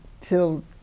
till